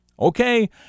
Okay